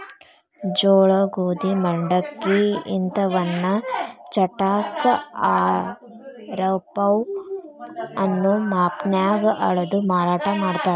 ಜೋಳ, ಗೋಧಿ, ಮಂಡಕ್ಕಿ ಇಂತವನ್ನ ಚಟಾಕ, ಆರಪೌ ಅನ್ನೋ ಮಾಪನ್ಯಾಗ ಅಳದು ಮಾರಾಟ ಮಾಡ್ತಾರ